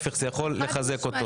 זה רק יכול לחזק אותו.